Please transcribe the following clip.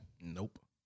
Nope